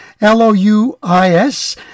L-O-U-I-S